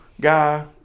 guy